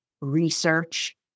research